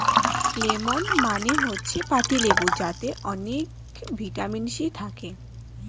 lemon মানে হচ্ছে পাতিলেবু যাতে অনেক ভিটামিন সি থাকে